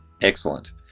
Excellent